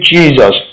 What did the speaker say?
Jesus